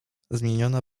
zmieniona